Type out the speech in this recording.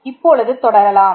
இப்பொழுது தொடரலாம்